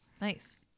nice